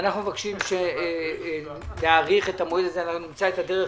נמצא את הדרך.